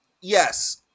Yes